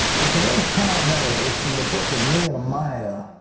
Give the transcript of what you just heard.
well, today's power minute is from the book of nehemiah,